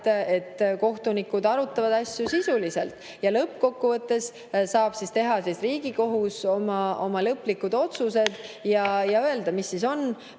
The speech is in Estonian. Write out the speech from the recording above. et kohtunikud arutavad asju sisuliselt. Lõppkokkuvõttes saab Riigikohus teha oma lõplikud otsused ja öelda, mis siis on